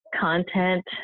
content